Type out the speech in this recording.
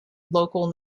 local